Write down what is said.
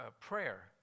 prayer